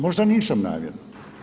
Možda nisam namjerno.